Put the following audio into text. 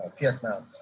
Vietnam